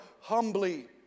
humbly